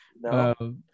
No